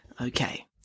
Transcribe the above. Okay